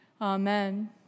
Amen